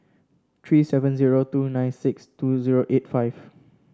three seven zero two nine six two zero eight five